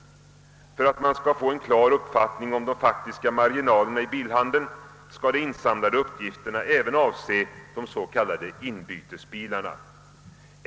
För att man skall få en klar uppfattning om de faktiska marginalerna i bilhandeln, skall de insamlade uppgifterna även avse de s.k. inbytesbilarna.